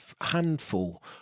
handful